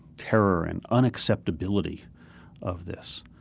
terror and unacceptability of this.